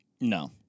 No